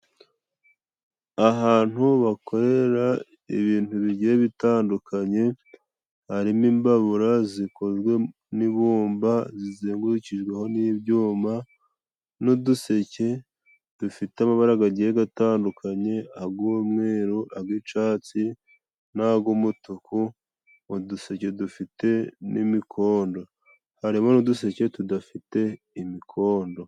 Ahantu bakorera ibintu bigiye bitandukanye, harimo imbabura zikozwe n'ibumba zizengurukijweho n'ibyuma n'uduseke dufite amabara gagiye gatandukanye ag'umweru, ag'icatsi n'ag'umutuku. Uduseke dufite n'imikondo harimo n'uduseke tudafite imikondo.